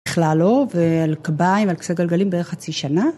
בכלל לא, ועל קביים ועל כסא גלגלים בערך חצי שנה.